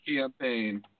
campaign